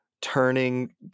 turning